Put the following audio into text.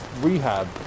rehab